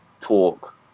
talk